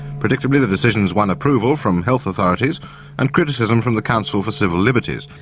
predictably, the decision has won approval from health authorities and criticism from the council for civil liberties.